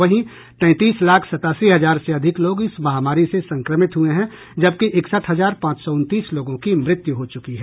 वहीं तैंतीस लाख सतासी हजार से अधिक लोग इस महामारी से संक्रमित हुए हैं जबकि इकसठ हजार पांच सौ उनतीस लोगों की मृत्यु हो चुकी है